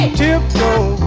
tiptoe